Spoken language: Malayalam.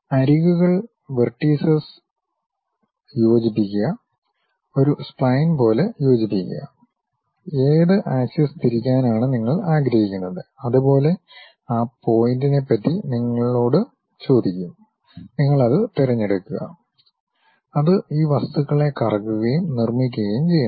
അരികുകൾ വെർട്ടീസസ് യോജിപ്പിക്കുക ഒരു സ്പ്ലൈൻ പോലെ യോജിക്പ്പിക്കുക ഏത് ആക്സിസ് തിരിക്കാനാണ് നിങ്ങൾ ആഗ്രഹിക്കുന്നത് അതുപോലെ ആ പോയിന്റിനെപറ്റി നിങ്ങളോട് ചോദിക്കും നിങ്ങൾ അത് തിരഞ്ഞെടുക്കുക അത് ഈ വസ്തുക്കളെ കറക്കുകയും നിർമ്മിക്കുകയും ചെയ്യുന്നു